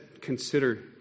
consider